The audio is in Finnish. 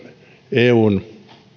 eun